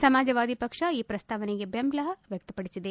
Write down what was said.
ಸಮಾಜವಾದ ಪಕ್ಷ ಈ ಪ್ರಸ್ತಾವನೆಗೆ ಬೆಂಬಲ ವ್ಯಕ್ತಪಡಿಸಿದೆ